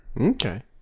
okay